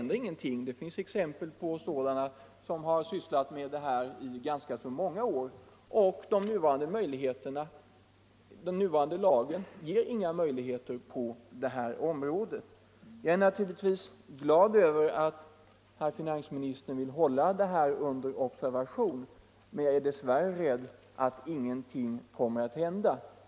Det finns exempel på personer som har sysslat med dylik verksamhet i ganska många år, och den nuvarande lagen ger små möjligheter till sanktion på det här området. Jag är naturligtvis glad över att herr finansministern vill hålla saken under observation, men jag är dess värre rädd att ingenting kommer att hända.